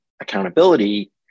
accountability